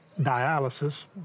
dialysis